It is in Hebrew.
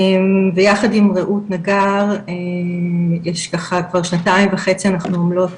ויחד עם רעות נגר יש ככה כבר שנתיים וחצי אנחנו עומלות